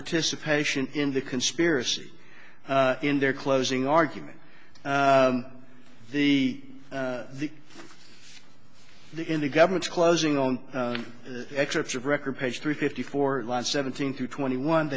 participation in the conspiracy in their closing argument the the the in the government's closing on the excerpts of record page three fifty four line seventeen through twenty one